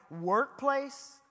workplace